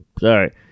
Sorry